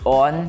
on